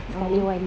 ah